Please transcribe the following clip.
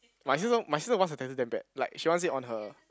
my sister my sister wants a tattoo damn bad like she wants it on her